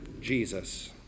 Jesus